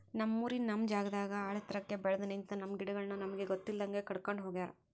ನಮ್ಮೂರಿನ ನಮ್ ಜಾಗದಾಗ ಆಳೆತ್ರಕ್ಕೆ ಬೆಲ್ದು ನಿಂತ, ನಮ್ಮ ಗಿಡಗಳನ್ನು ನಮಗೆ ಗೊತ್ತಿಲ್ದಂಗೆ ಕಡ್ಕೊಂಡ್ ಹೋಗ್ಯಾರ